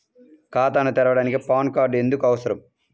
ఖాతాను తెరవడానికి PAN card ఎందుకు అవసరము?